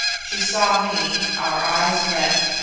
she saw me, our eyes met,